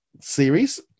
series